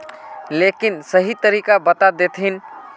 लेकिन सही तरीका बता देतहिन?